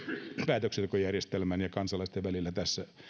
päätöksentekojärjestelmän ja kansalaisten välillä tässä